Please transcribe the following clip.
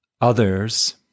others